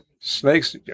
Snakes